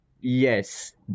Yes